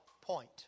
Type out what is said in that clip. point